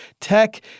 Tech